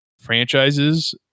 franchises